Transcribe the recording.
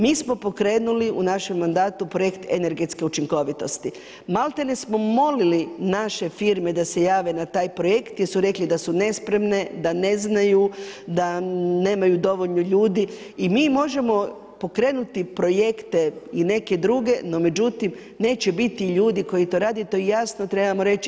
Mi smo pokrenuli u našem mandatu projekt energetske učinkovitosti, malte ne smo molili naše firme da se jave na taj projekt jer su rekli da su nespremne, da ne znaju, da nemaju dovoljno ljudi i mi možemo pokrenuti projekte i neke druge, no međutim neće biti ljudi koji to rade i to jasno trebamo reći.